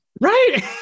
Right